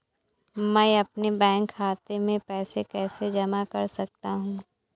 मैं अपने बैंक खाते में पैसे कैसे जमा कर सकता हूँ?